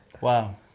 Wow